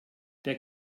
der